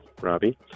Robbie